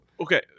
okay